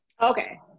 Okay